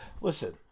listen